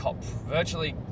virtually